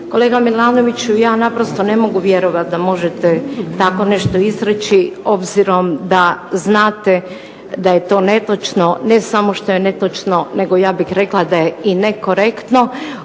Kolega Milanoviću, ja naprosto ne mogu vjerovati da možete tako nešto izreći, obzirom da znate da je to netočno, ne samo što je netočno, nego ja bih rekla da je i nekorektno,